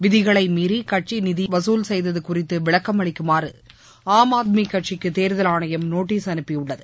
விதிகளைமீறி கட்சி நிதி வசூல் செய்தது குறித்து விளக்கம் அளிக்குமாறு ஆம் ஆத்மி கட்சிக்கு தேர்தல் ஆணையம் நோட்டீஸ் அனுப்பியுள்ளது